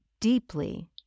deeply